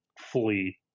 flee